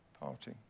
party